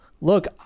Look